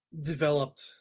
developed